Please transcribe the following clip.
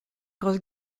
grosse